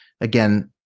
again